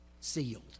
sealed